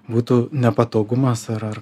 būtų nepatogumas ar ar